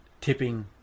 tipping